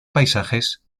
paisajes